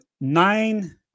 nine